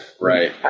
Right